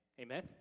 Amen